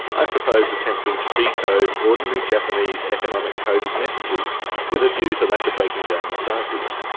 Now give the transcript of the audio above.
i propose attempting to decode ordinary japanese economic coded messages with a view to later breaking down the ciphers.